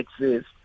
exist